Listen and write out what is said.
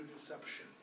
deception